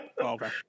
okay